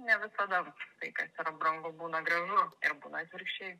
ne visada tai kas yra brangu būna gražu ir būna atvirkščiai